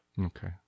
Okay